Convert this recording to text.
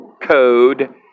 code